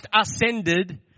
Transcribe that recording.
ascended